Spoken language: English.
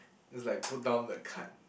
like put down the card